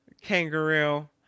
kangaroo